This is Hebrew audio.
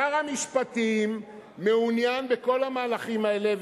שר המשפטים מעוניין בכל המהלכים האלה,